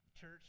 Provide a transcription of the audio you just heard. church